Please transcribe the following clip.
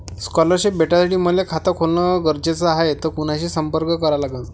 Scholarship भेटासाठी मले खात खोलने गरजेचे हाय तर कुणाशी संपर्क करा लागन?